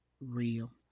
real